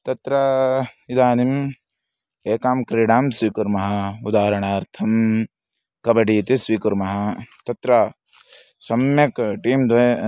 तत्रा इदानीम् एकां क्रीडां स्वीकुर्मः उदाहरणार्थं कबडि इति स्वीकुर्मः तत्र सम्यक् टीं द्वयम्